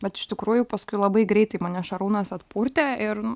bet iš tikrųjų paskui labai greitai mane šarūnas atpurtė ir